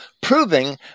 proving